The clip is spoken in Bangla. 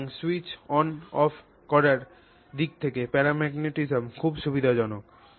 সুতরাং স্যুইচ অন এবং অফ করার দিক থেকে প্যারাম্যাগনেটিজম খুব সুবিধাজনক